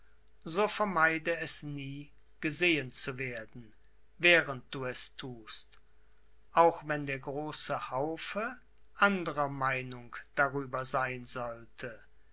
so vermeide es nie gesehen zu werden während du es thust auch wenn der große haufe anderer meinung darüber sein sollte